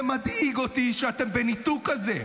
זה מדאיג אותי שאתם בניתוק כזה.